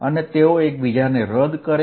અને તેઓ એકબીજાને કેન્સલ કરે છે